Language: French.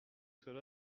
cela